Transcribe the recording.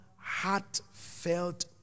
heartfelt